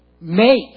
make